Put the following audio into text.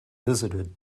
visited